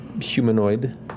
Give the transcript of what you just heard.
humanoid